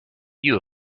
you